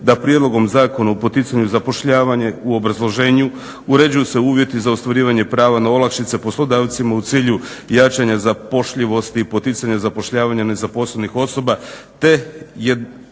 da prijedlogom Zakona o poticanju zapošljavanja u obrazloženju uređuju se uvjeti za ostvarivanje prava na olakšice poslodavcima u cilju jačanja zapošljivosti i poticanja zapošljavanja nezaposlenih osoba